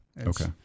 Okay